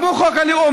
כמו חוק הלאום,